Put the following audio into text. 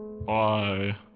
Bye